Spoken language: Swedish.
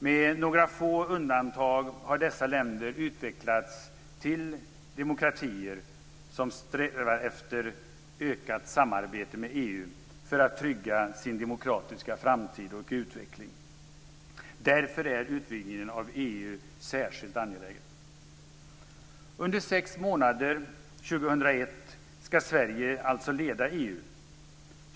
Med några få undantag har dessa länder utvecklats till demokratier som strävar efter ökat samarbete med EU för att trygga sin demokratiska framtid och utveckling. Därför är utvidgningen av EU särskilt angelägen. Under sex månader år 2001 skall Sverige alltså leda EU.